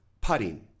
putting